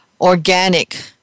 organic